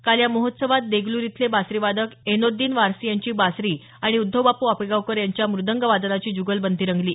काल या महोत्सवात देगलूर इथले बासरीवादक ऐनोद्दीन वारसी यांची बासरी आणि उद्धवबापू आपेगावकर यांच्या मुदंगवादनाची जुगलबंदी रंगली